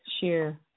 share